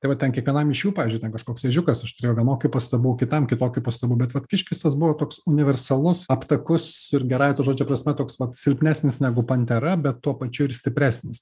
tai va ten kiekvienam iš jų pavyzdžiui ten kažkoks ežiukas aš turėjau vienokių pastabų kitam kitokių pastabų bet vat kiškis tas buvo toks universalus aptakus ir gerąja to žodžio prasme toks vat silpnesnis negu pantera bet tuo pačiu ir stipresnis